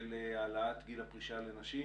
של העלאת גיל הפרישה לנשים.